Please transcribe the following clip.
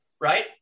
right